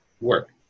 work